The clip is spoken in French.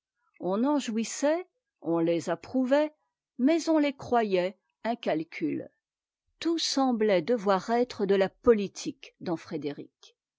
on en jouissait on les approuvait mais on les croyait un calcul tout semblait devoir être de la politique dans frédéric